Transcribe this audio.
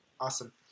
Awesome